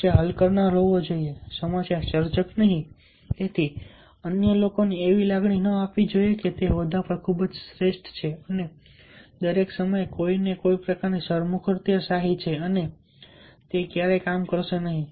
સમસ્યા હલ કરનાર હોવો જોઈએ સમસ્યા સર્જક નહીં તેણે અન્ય લોકોને એવી લાગણી ન આપવી જોઈએ કે તે હોદ્દા પર ખૂબ જ શ્રેષ્ઠ છે અને દરેક સમયે કોઈને કોઈ પ્રકારની સરમુખત્યારશાહી છે અને તે ક્યારેય કામ કરશે નહીં